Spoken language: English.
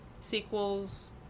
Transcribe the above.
sequels